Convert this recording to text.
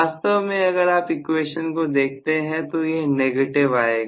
वास्तव में अगर आप इक्वेशन को देखते हैं तो यह नेगेटिव आएगा